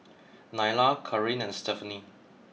Nylah Caryn and Stephani